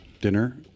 dinner